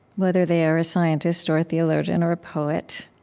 whether they are a scientist or a theologian or a poet,